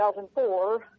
2004